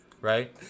Right